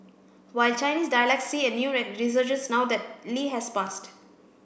will Chinese dialects see a new resurgence now that Lee has passed